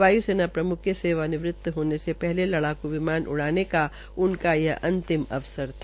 वायु सेना प्रमुख के सेवानिवृत होने से पहले लड़ाकू विमान उड़ाने का उनका यह अंतिम अवसर था